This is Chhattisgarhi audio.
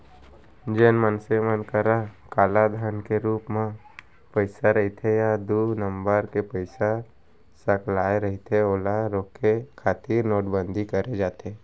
जेन मनसे मन करा कालाधन के रुप म पइसा रहिथे या दू नंबर के पइसा सकलाय रहिथे ओला रोके खातिर नोटबंदी करे जाथे